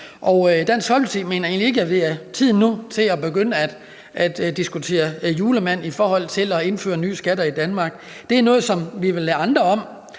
Dansk Folkeparti mener vi egentlig ikke, at det er tid nu til at begynde at diskutere julemand i forhold til at indføre nye skatter i Danmark. Det er noget, som vi vil lade andre om.